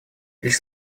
лишь